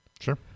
Sure